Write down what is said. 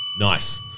Nice